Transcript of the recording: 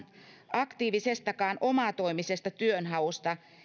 aktiivistakaan omatoimista työnhakua